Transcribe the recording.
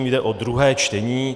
Jde o druhé čtení.